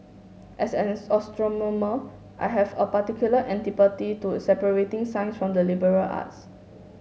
as an astronomer I have a particular antipathy to separating science from the liberal arts